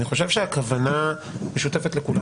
אני חושב שהכוונה משותפת לכולם